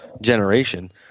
generation